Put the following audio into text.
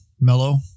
mellow